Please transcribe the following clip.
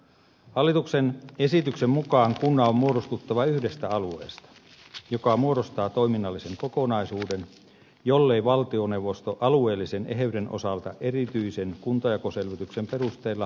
hallituksen esityksen mukaan kunnan on muodostuttava yhdestä alueesta joka muodostaa toiminnallisen kokonaisuuden jollei valtioneuvosto alueellisen eheyden osalta erityisen kuntajakoselvityksen perusteella toisin päätä